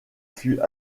fut